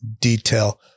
detail